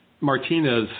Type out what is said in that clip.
Martinez